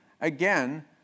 again